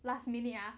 last minute ah